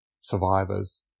survivors